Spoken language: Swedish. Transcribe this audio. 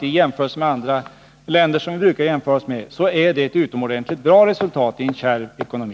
I jämförelse med andra länder som vi brukar jämföra oss med är detta ett utomordentligt bra resultat i en kärv ekonomi.